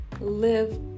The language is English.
live